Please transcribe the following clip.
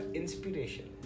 inspiration